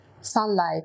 sunlight